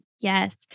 Yes